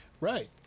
Right